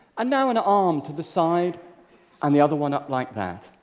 and now an arm to the side and the other one up like that.